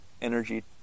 energy